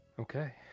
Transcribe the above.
Okay